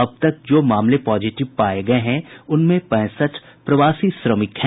अब तक जो मामले पॉजिटिव पाये गये हैं उनमें पैंसठ प्रवासी श्रमिक हैं